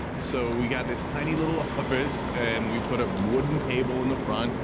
so we got this tiny little office, and we put a wooden table in the front,